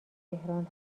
تهران